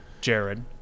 Jared